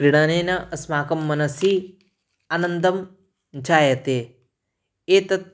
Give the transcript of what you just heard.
क्रिडनेन अस्माकं मनसि आनन्दं जायते एतत्